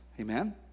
Amen